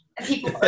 People